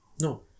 No